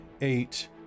eight